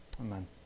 Amen